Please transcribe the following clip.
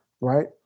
right